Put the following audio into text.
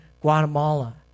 Guatemala